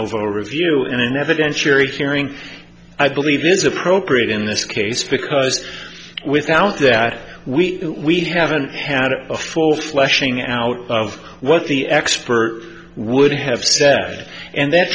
in evidence you're hearing i believe is appropriate in this case because without that we we haven't had a full fleshing out of what the expert would have said and that